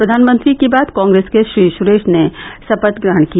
प्रधानमंत्री के बाद कांग्रेस के श्री सुरेश ने शपथ ग्रहण किया